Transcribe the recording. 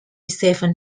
seven